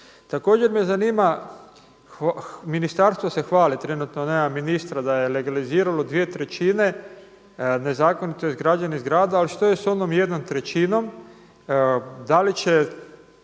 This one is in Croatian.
Također me zanima, ministarstvo se hvali, trenutno nema ministra da je legaliziralo dvije trećine nezakonito izgrađenih zgrada ali što je sa onom jednom trećinom, da li će,